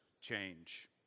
change